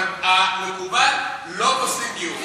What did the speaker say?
אבל המקובל, לא פוסלים גיור.